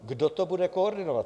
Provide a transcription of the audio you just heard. Kdo to bude koordinovat?